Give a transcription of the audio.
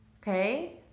okay